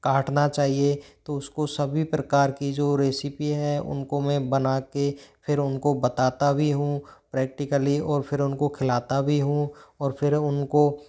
काटना चाहिए तो उस को सभी प्रकार की जो रेसिपी है उन को मैं बना कर फिर उन को बताता भी हूँ प्रैक्टिकली और फिर उन को खिलाता भी हूँ और फिर उन को